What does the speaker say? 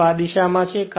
અને સ્લિપ આ દિશા માં છે